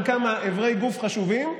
על כמה איברי גוף חשובים.